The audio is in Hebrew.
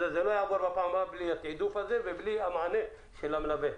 זה לא יעבור בפעם הבאה בלי התעדוף הזה ובלי המענה של המלווה.